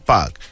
Park